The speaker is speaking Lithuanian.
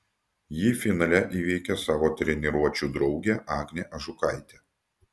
ji finale įveikė savo treniruočių draugę agnę ažukaitę